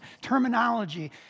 terminology